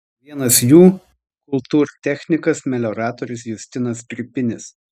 vienas jų kultūrtechnikas melioratorius justinas stripinis